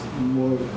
more